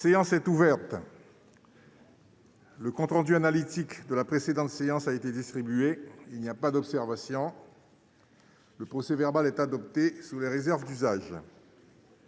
Séance est ouverte. Le compte rendu analytique de la précédente séance a été distribué, il n'y a pas d'observation. Le procès verbal est adopté sous les réserves d'usage.